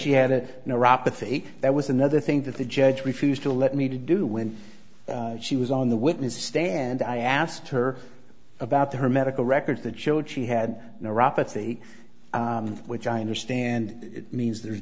pathy that was another thing that the judge refused to let me to do when she was on the witness stand i asked her about her medical records that showed she had neuropathy which i understand means there's